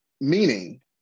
meaning